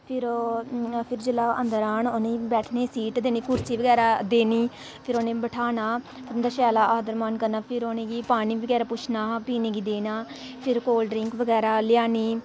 फिर ओह् फिर जेल्लै अंदर आन उ'नेंगी बैठने गी सीट देनी कुर्सी बगैरा देनी फिर उ'नें बठाह्ना फिर उं'दा शैल आदर मान करना फिर उ'नेंगी पानी बगैरा पुच्छना हा पीने गी देना फिर कोल्ड ड्रिंक बगैरा लेआनी